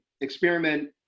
experiment